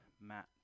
Matt